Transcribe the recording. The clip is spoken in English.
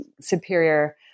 superior